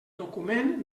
document